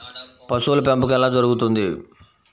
పశువుల పెంపకం ఎలా జరుగుతుంది?